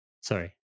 Sorry